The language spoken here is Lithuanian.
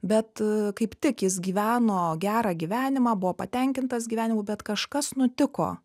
bet kaip tik jis gyveno gerą gyvenimą buvo patenkintas gyvenimu bet kažkas nutiko